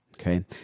okay